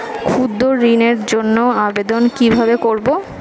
ক্ষুদ্র ঋণের জন্য আবেদন কিভাবে করব?